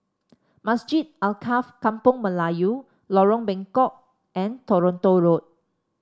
Masjid Alkaff Kampung Melayu Lorong Bengkok and Toronto Road